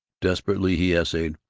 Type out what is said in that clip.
desperately he essayed,